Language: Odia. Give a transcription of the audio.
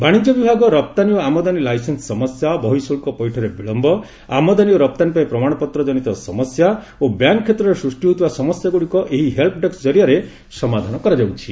ବାଣିଜ ବିଭାଗ ରପ୍ତାନୀ ଓ ଆମଦାନୀ ଲାଇସେନ୍ନ ସମସ୍ୟା ବହିଃଶୁକ୍ଷ ପୈଠରେ ବିଳୟ ଆମଦାନୀ ଓ ରପ୍ତାନୀ ପାଇଁ ପ୍ରମାଣପତ୍ର ଜନିତ ସମସ୍ୟା ଓ ବ୍ୟାଙ୍କ୍ କ୍ଷେତ୍ରରେ ସୃଷ୍ଟି ହୋଇଥିବା ସମସ୍ୟାଗୁଡ଼ିକ ଏହି ହେଲପ୍ ଡେସ୍କ ଜରିଆରେ ସମାଧାନ କରାଯାଉଛି